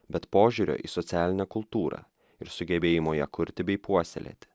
bet požiūrio į socialinę kultūrą ir sugebėjimo ją kurti bei puoselėti